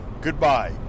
Goodbye